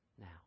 now